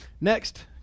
Next